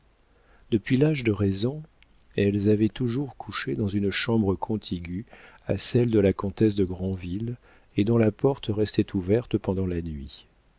depuis l'âge de raison elles avaient toujours couché dans une chambre contiguë à celle de la comtesse de granville et dont la porte restait ouverte pendant la nuit